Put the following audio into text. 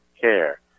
Care